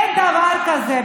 אין דבר כזה.